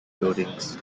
buildings